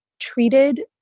treated